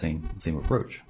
same same approach